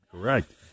Correct